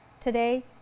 today